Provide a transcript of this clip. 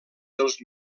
dels